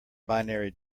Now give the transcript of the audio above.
binary